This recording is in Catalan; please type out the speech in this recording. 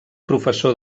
professor